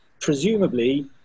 presumably